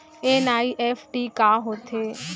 NEFT का होथे?